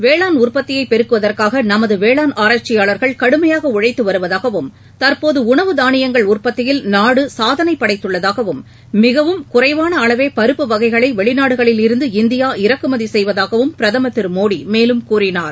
வேளாண் உற்பத்தியை பெருக்குவதற்காக நமது வேளாண் ஆராய்ச்சியாளா்கள் கடுமையாக உழைத்து வருவதாகவும் தற்போது உணவு தானியங்கள் உற்பத்தியில் நாடு சாதனை படைத்துள்ளதாகவும் மிகவும் குறைவான அளவே பருப்பு வகைகளை வெளிநாடுகளில் இருந்து இந்தியா இறக்குமதி செய்வதாகவும் பிரதமர் திரு மோடி மேலும் கூறினார்